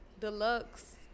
Deluxe